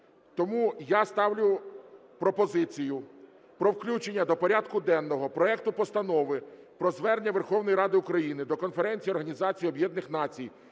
тому я ставлю пропозицію про включення до порядку денного проекту Постанови про звернення Верховної Ради України до Конференції Організації Об'єднаних Націй